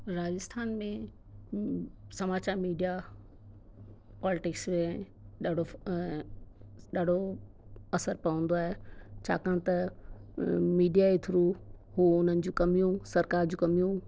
राजस्थान में समाचारु media politics में ॾाढो फ़ ॾाढो असरु पवंदो आहे छाकाणि त मीडिया जे थ्रू हू हुननि जो कमियूं सरकारि जूं कमियूं